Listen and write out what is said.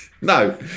no